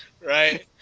Right